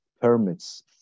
permits